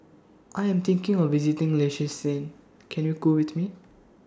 I Am thinking of visiting Liechtenstein Can YOU Go with Me